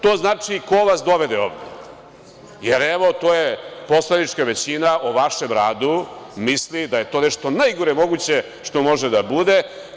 To znači – ko vas dovede ovde, jer evo, to poslanička većina o vašem radu misli da je to nešto najgore moguće što može da bude.